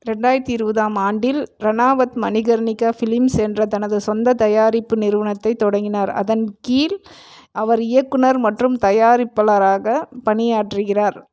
ரெண்டாயிரத்து இருபது ஆம் ஆண்டில் ரணாவத் மணிகர்னிகா ஃபிலிம்ஸ் என்ற தனது சொந்த தயாரிப்பு நிறுவனத்தைத் தொடங்கினார் அதன் கீழ் அவர் இயக்குனர் மற்றும் தயாரிப்பாளராக பணியாற்றுகிறார்